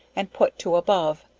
and put to above,